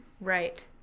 right